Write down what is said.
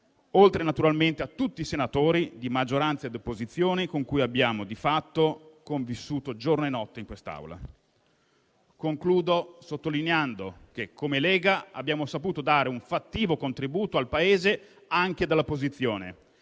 oltre a tutti i senatori di maggioranza e di opposizione con cui abbiamo di fatto convissuto giorno e notte in quest'Aula. Concludo sottolineando che, come Lega, abbiamo saputo dare un fattivo contributo al Paese anche dall'opposizione